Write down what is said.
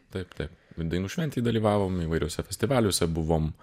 taip taip dainų šventėj dalyvavom įvairiuose festivaliuose buvom